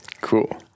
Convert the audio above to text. Cool